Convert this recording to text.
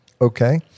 Okay